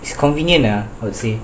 it's convenient ah I would say